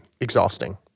exhausting